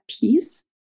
peace